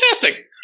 fantastic